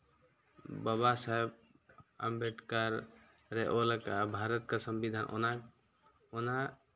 ᱵᱟᱵᱟ ᱥᱟᱦᱮᱵᱽ ᱟᱢᱵᱮᱫᱠᱚᱨ ᱨᱮ ᱚᱞ ᱟᱠᱟᱫᱼᱟ ᱵᱷᱟᱨᱚᱛ ᱠᱟ ᱥᱚᱝᱵᱤᱫᱷᱟᱱ ᱚᱱᱟ ᱚᱱᱟ